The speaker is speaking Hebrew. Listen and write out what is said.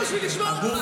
ונשארתי כדי לשמוע אותך.